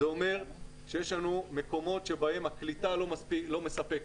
זה אומר שיש לנו מקומות בהם הקליטה לא מספקת,